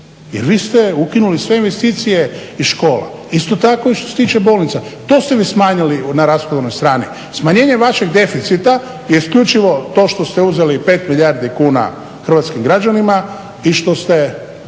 jer vi ste ukinuli sve investicije iz škola. Isto tako što se tiče i bolnica, to ste vi smanjili na rashodovnoj strani. Smanjenje vašeg deficita je isključivo to što ste uzeli 5 milijardi kuna hrvatskim građanima i što ste